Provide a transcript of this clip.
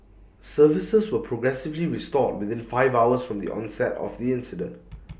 services were progressively restored within five hours from the onset of the incident